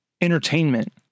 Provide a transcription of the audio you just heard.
entertainment